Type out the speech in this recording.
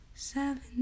Seven